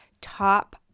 top